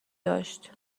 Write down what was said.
داشت